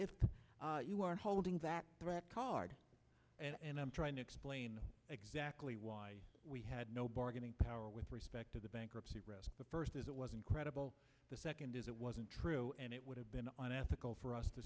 if you are holding that card and i'm trying to explain exactly why we had no bargaining power with respect to the bankruptcy rest the first is it was incredible the second is it wasn't true and it would have been on ethical for us to